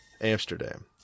Amsterdam